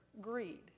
greed